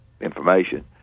information